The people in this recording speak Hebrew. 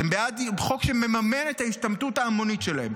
אתם בעד חוק שמממן את ההשתמטות ההמונית שלהם.